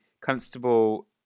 Constable